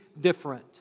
different